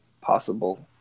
possible